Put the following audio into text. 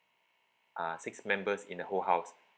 ah six members in the whole house